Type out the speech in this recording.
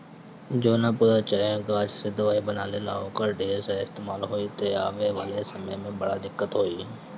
जवना पौधा चाहे गाछ से दवाई बनेला, ओकर ढेर इस्तेमाल होई त आवे वाला समय में बड़ा दिक्कत होई